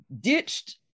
ditched